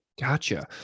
Gotcha